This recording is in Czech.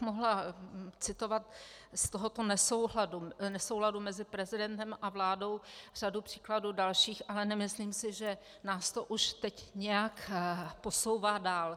Mohla bych citovat z tohoto nesouladu mezi prezidentem a vládou řadu příkladů dalších, ale nemyslím si, že nás to už teď nějak posouvá dál.